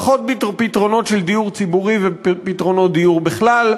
פחות פתרונות של דיור ציבורי ופתרונות דיור בכלל,